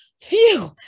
Phew